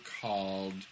called